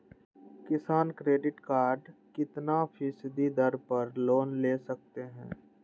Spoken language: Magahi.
किसान क्रेडिट कार्ड कितना फीसदी दर पर लोन ले सकते हैं?